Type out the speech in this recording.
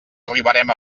arribarem